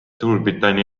suurbritannia